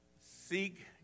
Seek